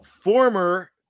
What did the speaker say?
former